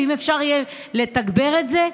ואם אפשר יהיה לתגבר את זה,